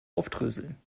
aufdröseln